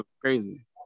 crazy